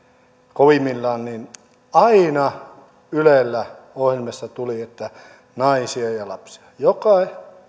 kovimmillaan niin aina ylellä ohjelmassa tuli että naisia ja lapsia joka